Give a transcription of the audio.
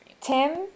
Tim